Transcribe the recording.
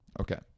Okay